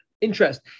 interest